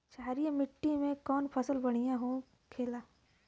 क्षारीय मिट्टी में कौन फसल बढ़ियां हो खेला?